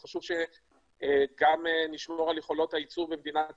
חשוב שגם נשמור על יכולות הייצור במדינת ישראל,